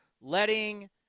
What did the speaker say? letting